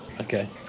Okay